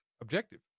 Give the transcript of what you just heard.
objective